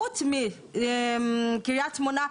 חוץ מקריית שמונה,